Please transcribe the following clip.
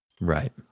Right